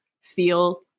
feel